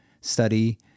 study